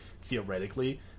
theoretically